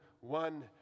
one